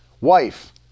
wife